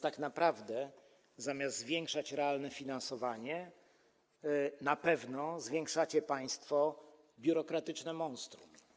Tak naprawdę zamiast zwiększać realne finansowanie na pewno zwiększacie państwo biurokratyczne monstrum.